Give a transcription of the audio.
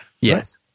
Yes